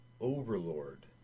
overlord